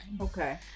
Okay